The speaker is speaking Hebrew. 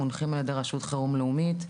מונחים על ידי רשות חירום לאומית.